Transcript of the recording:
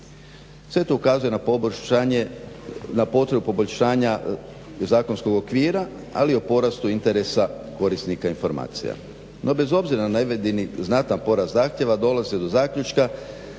Sve to ukazuje na potrebu poboljšanja zakonskog okvira ali i o porastu interesa korisnika informacija. No bez obzira na navedeni znatan porast zahtjeva dolazi do zaključka